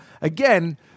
Again